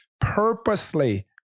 purposely